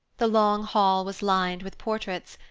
the long hall was lined with portraits,